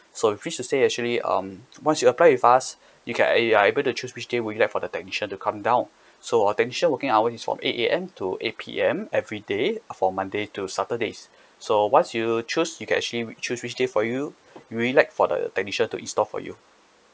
so in which to say actually um once you apply with us you can eh you are able to choose which day would you like for the technician to come down so our technician working hour is from eight A_M to eight P_M everyday for monday to saturday so once you choose you can actually choose which day for you would you like for the technician to install for you